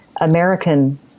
American